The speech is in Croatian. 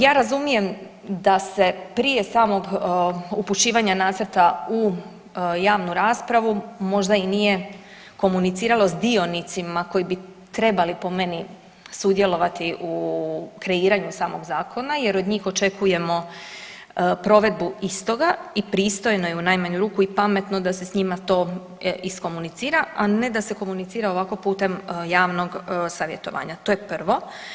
Ja razumijem da se prije samog upućivanja nacrta u javnu raspravu možda i nije komuniciralo s dionicima koji bi trebali po meni sudjelovati u kreiranju samog zakona jer od njih očekujemo provedbu istoga i pristojno je u najmanju ruku i pametno da se s njima to iskomunicira, a ne da se komunicira ovako putem javnog savjetovanja, to je prvo.